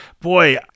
boy